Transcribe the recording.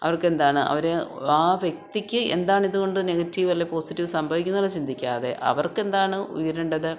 അവർക്ക് എന്താണ് അവർ ആ വ്യക്തിക്ക് എന്താണ് ഇതുകൊണ്ട് നെഗറ്റീവ് അല്ലെങ്കിൽ പോസിറ്റീവ് സംബവിക്കുന്നത് ലെ ചിന്തിക്കാതെ അവർക്ക് എന്താണ് ഉയരേണ്ടത്